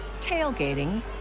tailgating